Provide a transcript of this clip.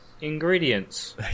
ingredients